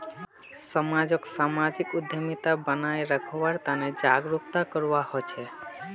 समाजक सामाजिक उद्यमिता बनाए रखवार तने जागरूकता करवा हछेक